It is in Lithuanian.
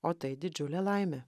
o tai didžiulė laimė